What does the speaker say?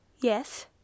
Yes